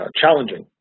challenging